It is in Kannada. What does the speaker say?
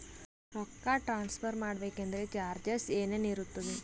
ರೊಕ್ಕ ಟ್ರಾನ್ಸ್ಫರ್ ಮಾಡಬೇಕೆಂದರೆ ಚಾರ್ಜಸ್ ಏನೇನಿರುತ್ತದೆ?